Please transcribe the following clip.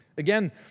Again